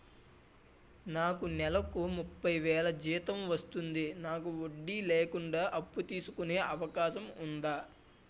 నాకు నేలకు ముప్పై వేలు జీతం వస్తుంది నాకు వడ్డీ లేకుండా అప్పు తీసుకునే అవకాశం ఉందా